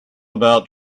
about